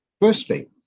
Firstly